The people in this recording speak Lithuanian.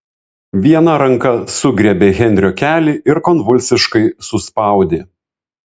viena ranka sugriebė henrio kelį ir konvulsiškai suspaudė